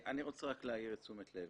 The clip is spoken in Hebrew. אני רוצה רק להעיר את תשומת הלב,